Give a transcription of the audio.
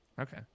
Okay